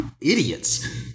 idiots